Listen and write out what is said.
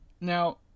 Now